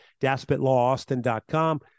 DASPITlawaustin.com